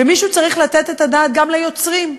ומישהו צריך לתת את הדעת גם על היוצרים,